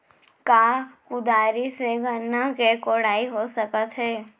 का कुदारी से गन्ना के कोड़ाई हो सकत हे?